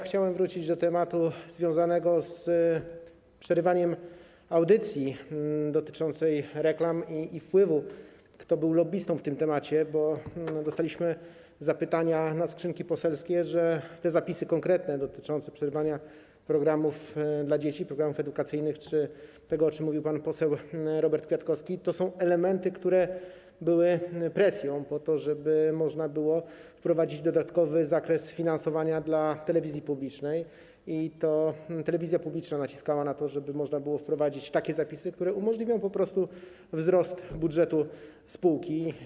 Chciałem wrócić do tematu związanego z przerywaniem audycji dotyczącej reklam i wpływu, kto był lobbystą w tym temacie, bo dostaliśmy zapytania na skrzynki poselskie, że te konkretne zapisy dotyczące przerywania programów dla dzieci, programów edukacyjnych czy tego, o czym mówił pan poseł Robert Kwiatkowski, to są elementy, które były presją po to, żeby można było wprowadzić dodatkowy zakres finansowania dla telewizji publicznej, że to telewizja publiczna naciskała na to, żeby można było wprowadzić takie zapisy, które umożliwią po prostu zwiększenie budżetu spółki.